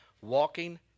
walking